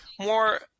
more